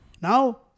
Now